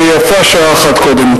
ויפה שעה אחת קודם.